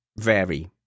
vary